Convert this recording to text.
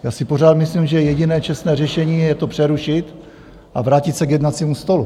Já si pořád myslím, že jediné čestné řešení je to přerušit a vrátit se k jednacímu stolu.